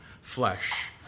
flesh